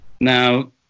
Now